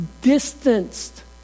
distanced